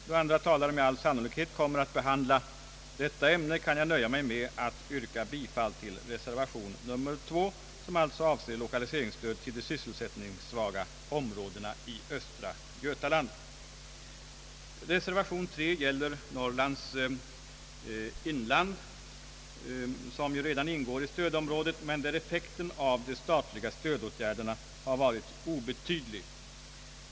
Då andra talare med all sannolikhet kommer att behandla detta ämne kan jag nöja mig med att yrka bifall till reservation nr 2, som avser lokaliseringsstöd till de sysselsättningssvaga områdena i östra Götaland. Reservation nr 3 gäller Norrlands inland, som ju redan ingår i stödområdet, men där effekten av de statliga stödåtgärderna har varit obetydlig.